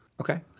Okay